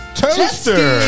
toaster